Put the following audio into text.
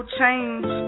change